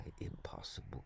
impossible